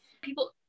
People